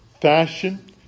fashion